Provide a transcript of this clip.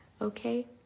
Okay